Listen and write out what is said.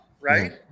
right